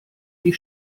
die